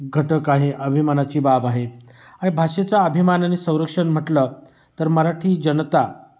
घटक आहे अभिमानाची बाब आहे आणि भाषेचं अभिमानाने संरक्षण म्हटलं तर मराठी जनता